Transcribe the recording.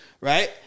right